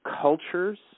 cultures